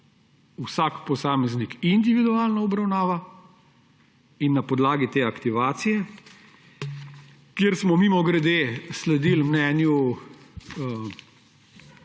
vsak posameznik individualno obravnava, in na podlagi te aktivacije, kjer smo, mimogrede, sledili mnenju